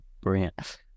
brilliant